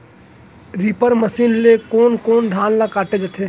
Reaper machine ले कोन कोन धान ल काटे जाथे?